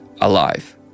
alive